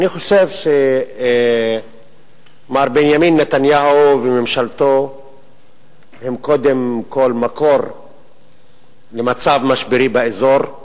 אני חושב שמר בנימין נתניהו וממשלו הם קודם כול מקור למצב משברי באזור.